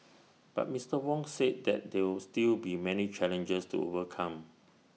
but Mister Wong said that there are still many challenges to overcome